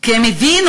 כי הם הבינו,